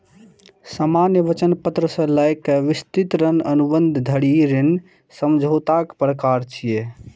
सामान्य वचन पत्र सं लए कए विस्तृत ऋण अनुबंध धरि ऋण समझौताक प्रकार छियै